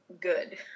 good